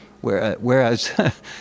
Whereas